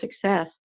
success